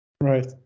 Right